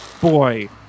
Boy